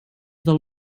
del